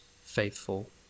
faithful